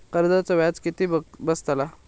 कर्जाचा व्याज किती बसतला?